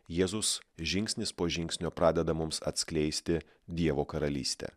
jėzus žingsnis po žingsnio pradeda mums atskleisti dievo karalystę